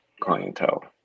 clientele